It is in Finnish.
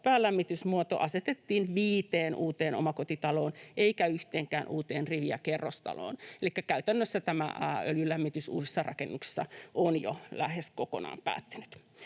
päälämmitysmuoto asetettiin viiteen uuteen omakotitaloon eikä yhteenkään uuteen rivi- ja kerrostaloon. Elikkä käytännössä öljylämmitys uusissa rakennuksissa on jo lähes kokonaan päättynyt.